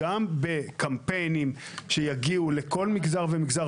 גם בקמפיינים שיגיעו לכל מגזר ומגזר,